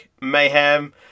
Mayhem